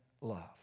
love